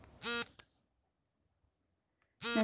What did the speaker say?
ನನ್ನ ಉಳಿತಾಯ ಖಾತೆಯನ್ನು ನಾನು ಹೇಗೆ ಪರಿಶೀಲಿಸುವುದು?